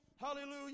Hallelujah